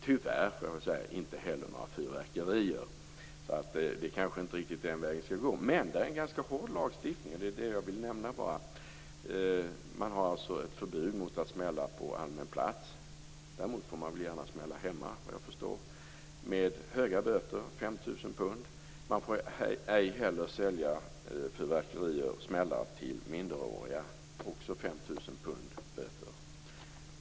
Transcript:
Tyvärr, får jag väl säga, var det heller inga fyrverkerier, så det kanske inte riktigt är den vägen vi skall gå. Men där har man alltså en ganska hård lagstiftning; det var bara det jag ville nämna. Man har ett förbud mot smällare på allmän plats - däremot får man gärna smälla hemma, vad jag förstår - med höga böter, 5 000 pund. Man får ej heller sälja fyrverkerier och smällare till minderåriga. Det ger också 5 000 pund i böter.